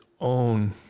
own